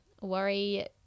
worry